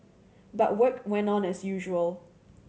but work went on as usual